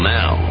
now